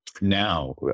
now